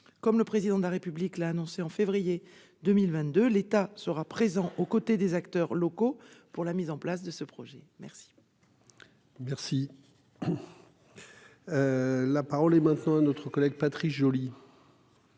Comme le Président de la République l'a annoncé en février 2022, l'État sera présent aux côtés des acteurs locaux pour la mise en place de ce projet. La parole est à M. Patrice Joly,